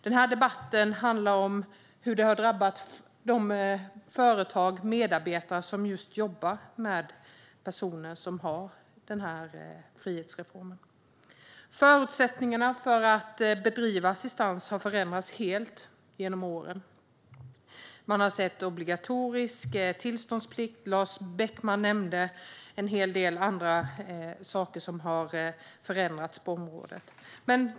Denna debatt handlar om hur detta har drabbat de företag och de medarbetare som jobbar med personer som berörs av denna frihetsreform. Förutsättningarna för att bedriva assistans har förändrats helt och hållet genom åren. Lars Beckman nämnde en hel del saker som har förändrats på området.